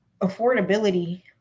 affordability